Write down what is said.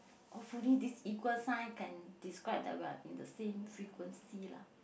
hopefully this equal sign can describe that we are in the same frequency lah